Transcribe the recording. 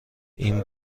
این